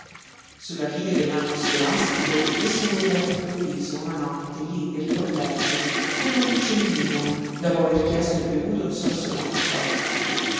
sulla fine dell'anno scolastico esso morí all'improvviso una notte lí nel collegio come un uccellino dopo aver chiesto e bevuto un sorso